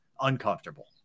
Uncomfortable